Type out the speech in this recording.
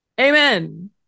Amen